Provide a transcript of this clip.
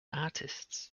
artists